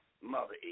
Mother